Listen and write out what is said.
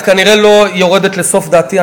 את כנראה לא יורדת לסוף דעתי.